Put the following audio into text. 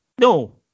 No